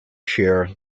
shearer